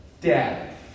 dad